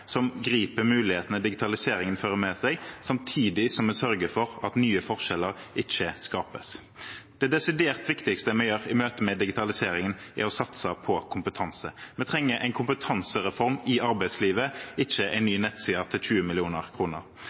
som griper mulighetene digitaliseringen fører med seg, samtidig som vi sørger for at nye forskjeller ikke skapes. Det desidert viktigste vi gjør i møte med digitaliseringen, er å satse på kompetanse. Vi trenger en kompetansereform i arbeidslivet, ikke en ny nettside til 20